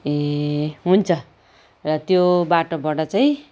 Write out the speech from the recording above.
ए हुन्छ र त्यो बाटोबाट चाहिँ